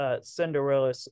Cinderella